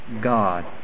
God